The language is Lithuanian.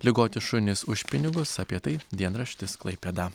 ligoti šunys už pinigus apie tai dienraštis klaipėda